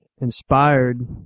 inspired